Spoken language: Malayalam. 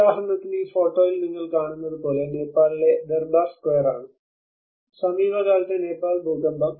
ഉദാഹരണത്തിന് ഈ ഫോട്ടോയിൽ നിങ്ങൾ കാണുന്നത് നേപ്പാളിലെ ദർബാർ സ്ക്വയറാണ് സമീപകാലത്തെ നേപ്പാൾ ഭൂകമ്പം